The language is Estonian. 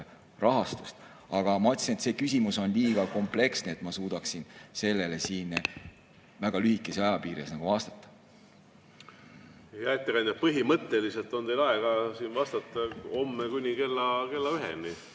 rahastust. Aga ma ütlesin, et see küsimus on liiga kompleksne, et ma suudaksin sellele siin väga lühikese aja piires vastata. Hea ettekandja! Põhimõtteliselt on teil aega vastata siin homme kuni kella üheni